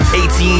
18